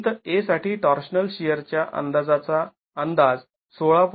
भिंत A साठी torsional shear च्या अंदाजाचा अंदाज १६